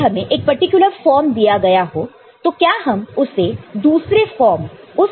यदि हमें एक पर्टिकुलर फॉर्म दिया गया हो तो क्या हम उससे दूसरा फॉर्म बना सकते हैं